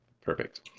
Perfect